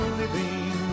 living